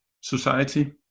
society